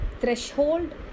threshold